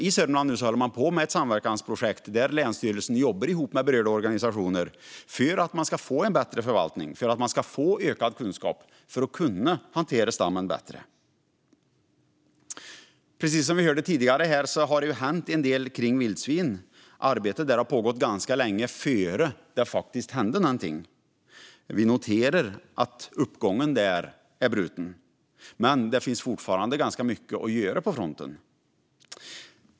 I Sörmland har man ett samverkansprojekt där länsstyrelsen jobbar ihop med berörda organisationer för att få mer kunskap och bättre förvaltning och därigenom kunna hantera stammen bättre. Precis som vi hörde har det hänt en del när det gäller vildsvinen, men arbetet pågick ganska länge innan det hände något. Vi noterar att uppgången är bruten, men det finns fortfarande ganska mycket att göra på den fronten.